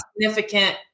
significant